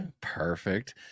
perfect